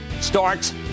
starts